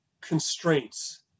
constraints